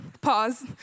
pause